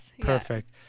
perfect